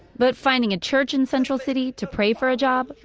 but finding a church in central city to pray for a job,